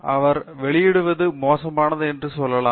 அவர் வெளியிடுவது மோசமானது என்று சொல்லலாம்